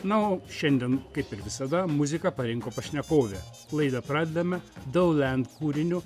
na o šiandien kaip ir visada muziką parinko pašnekovė laidą pradedame daulend kūriniu